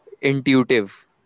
intuitive